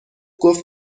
گفت